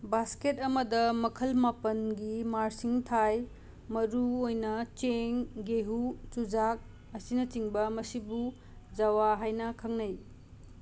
basket ꯑꯃꯗ ꯃꯈꯜ ꯃꯥꯄꯟꯒꯤ ꯃꯥꯔꯁꯤꯡ ꯊꯥꯏ ꯃꯔꯨꯑꯣꯏꯅ ꯆꯦꯡ ꯒꯦꯍꯨ ꯆꯨꯖꯥꯛ ꯑꯁꯤꯅꯆꯤꯡꯕ ꯃꯁꯤꯕꯨ ꯖꯋꯥ ꯍꯥꯏꯅ ꯈꯪꯅꯩ